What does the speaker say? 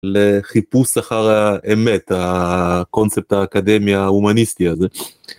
לחיפוש אחר האמת הקונספט האקדמי ההומניסטי הזה.